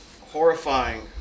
Horrifying